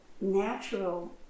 natural